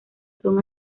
son